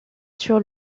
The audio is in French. sur